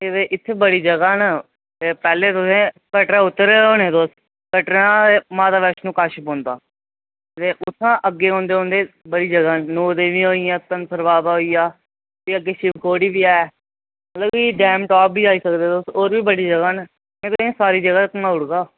ते इत्थै बड़ी जगह न पैहले तुसें कटड़ा उतरे होने तुस कटड़ा दा माता वैष्णो कश पौंदा ते उत्थुआं अग्गै औंदे औंदे बड़ी जगह न नौ देवियां होई गेआ धनसर बाबा होई गेआ एह् अग्गै शिवखोड़ी बी ऐ मतलब कि डैनटॉप बी जाई सकदे तुस होर बी बड़ी जगह न तुहेंगी सारी जगह घमाई उड़गा